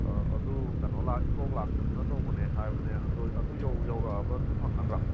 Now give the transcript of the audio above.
ꯑꯗꯨ ꯀꯩꯅꯣ ꯏꯁꯇꯣꯛ ꯂꯥꯛꯇꯗꯅ ꯇꯧꯕꯅꯦ ꯍꯥꯏꯕꯅꯦ ꯑꯗꯨ ꯌꯧꯔꯛꯂꯕ ꯑꯗꯨ ꯐꯪꯒꯗ꯭ꯔꯥ